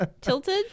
Tilted